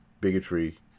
bigotry